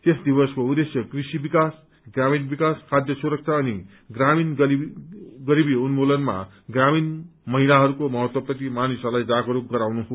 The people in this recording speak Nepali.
यस दिवसको उद्धेश्य कृषि विकास ग्रामीण विकास खाध्य सुरक्षा अनि ग्रामीण गरीबी उन्मूलनमा ग्रामीण महिलाहरूको महत्त्वप्रति मानिसहरूलाई जागस्क गराउनु हो